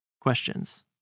questions